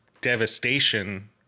devastation